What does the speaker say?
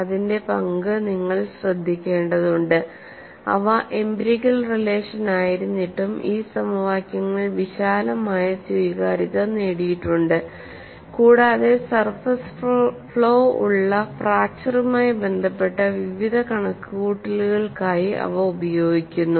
അതിന്റെ പങ്ക് നിങ്ങൾ ശ്രദ്ധിക്കേണ്ടതുണ്ട് അവ എംപിരിക്കൽ റിലേഷൻ ആയിരുന്നിട്ടും ഈ സമവാക്യങ്ങൾ വിശാലമായ സ്വീകാര്യത നേടിയിട്ടുണ്ട് കൂടാതെ സർഫസ് ഫ്ലോ ഉള്ള ഫ്രാക്ച്ചറുമായി ബന്ധപ്പെട്ട വിവിധ കണക്കുകൂട്ടലുകൾക്കായി അവ ഉപയോഗിക്കുന്നു